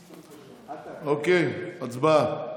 אוקיי, הצבעה.